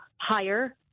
higher